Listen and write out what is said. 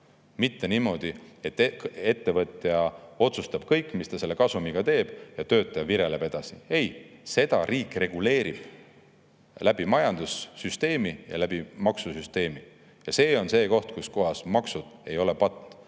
Mitte niimoodi, et ettevõtja otsustab kõik, mida ta selle kasumiga teeb, ja töötaja vireleb edasi. Ei, riik reguleerib seda majandussüsteemi ja maksusüsteemiga. See on see koht, kus maksud ei ole patt.